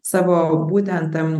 savo būtent tam